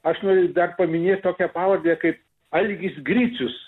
aš noriu dar paminėt tokią pavardę kaip algis gricius